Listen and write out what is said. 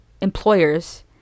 employers